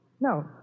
No